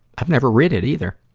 i've never rid it either.